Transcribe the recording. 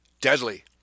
Deadly